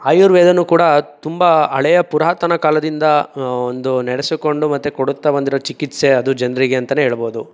ಆಯುರ್ವೇದ ಕೂಡ ತುಂಬ ಹಳೇಯ ಪುರಾತನ ಕಾಲದಿಂದ ಒಂದು ನಡೆಸಿಕೊಂಡು ಮತ್ತು ಕೊಡುತ್ತ ಬಂದಿರೋ ಚಿಕಿತ್ಸೆ ಅದು ಜನರಿಗೆ ಅಂತ ಹೇಳ್ಬೋದು